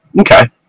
Okay